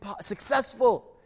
successful